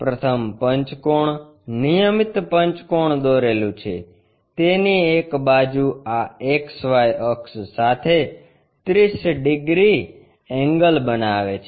પ્રથમ પંચકોણ નિયમિત પંચકોણ દોરેલુ છે તેની એક બાજુ આ XY અક્ષ સાથે 30 ડિગ્રી એન્ગલ બનાવે છે